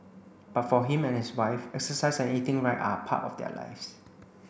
but for him and his wife exercise and eating right are part of their lives